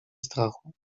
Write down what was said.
strachu